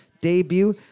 debut